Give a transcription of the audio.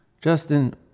Justin